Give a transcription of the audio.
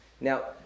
Now